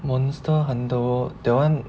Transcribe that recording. monster hunter world that [one]